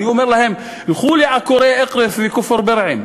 אני אומר להם: לכו לעקורי אקרית וכפר בירעם,